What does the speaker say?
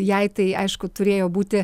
jai tai aišku turėjo būti